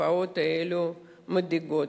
והתופעות האלה מדאיגות,